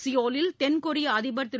சியோலில் தென்கொரிய அதிபர் திரு